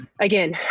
again